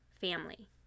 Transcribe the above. family